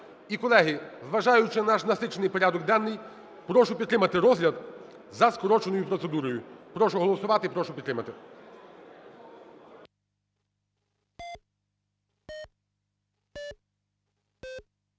І, колеги, зважаючи на наш насичений порядок денний, прошу підтримати розгляд за скороченою процедурою. Прошу голосувати і прошу підтримати.